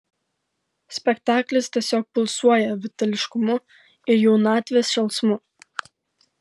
spektaklis tiesiog pulsuoja vitališkumu ir jaunatvės šėlsmu